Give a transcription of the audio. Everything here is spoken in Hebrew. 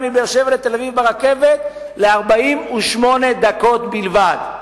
מבאר-שבע לתל-אביב ברכבת ל-48 דקות בלבד.